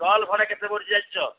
stall ଭଡ଼ା କେତେ ପଡ଼ୁଛି ଜାଣିଛ